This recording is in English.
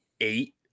eight